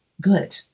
good